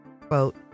quote